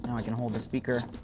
i can hold the speaker,